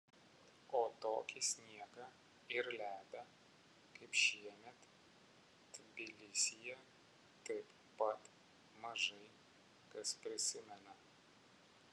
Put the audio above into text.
o tokį sniegą ir ledą kaip šiemet tbilisyje taip pat mažai kas prisimena